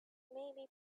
maybe